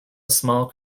small